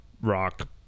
rock